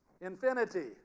Infinity